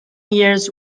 years